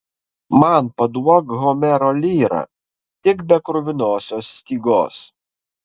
man paduok homero lyrą tik be kruvinosios stygos